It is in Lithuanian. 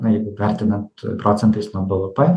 na jeigu vertinant procentais nuo bvp